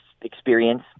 experience